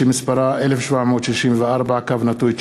פ/1764/19.